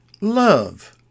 love